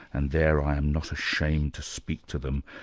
and there i am not ashamed to speak to them,